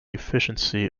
efficiency